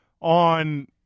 on